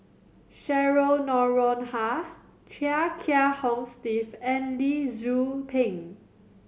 Cheryl Noronha Chia Kiah Hong Steve and Lee Tzu Pheng